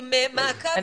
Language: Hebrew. עם מעקב